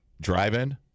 Drive-in